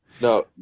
no